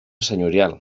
senyorial